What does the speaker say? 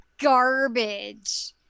garbage